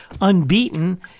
unbeaten